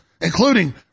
including